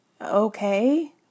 okay